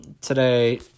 today